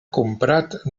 comprat